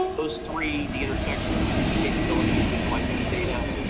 those three the intersections of human capability and digitalizing the data,